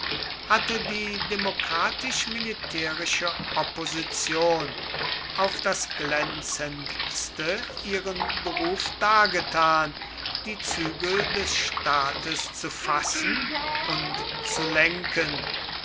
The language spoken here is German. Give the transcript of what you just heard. hatte die demokratisch militärische opposition auf das glänzendste ihren beruf dargetan die zügel des staates zu fassen und zu lenken